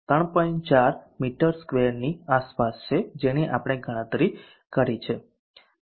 4 મી2 ની આસપાસ છે જેની આપણે ગણતરી કરી છે